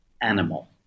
animal